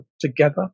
together